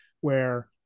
where-